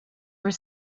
were